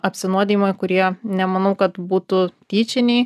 apsinuodijimai kurie nemanau kad būtų tyčiniai